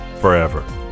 forever